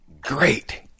great